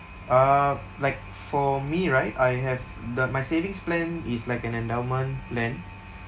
uh like for me right I have the my savings plan is like an endowment plan